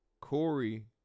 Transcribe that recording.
Corey